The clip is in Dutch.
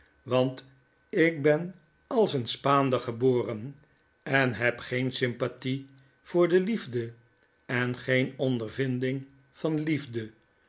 want ik ben als een spaander geboren en heb geensympathie voor de heme en geen ondervinding van liefde